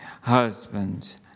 husbands